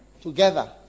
Together